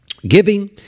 Giving